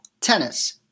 tennis